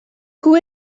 who